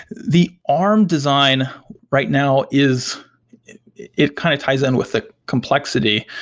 the arm design right now is it kind of ties in with the complexity,